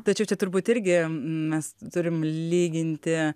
tačiau čia turbūt irgi mes turim lyginti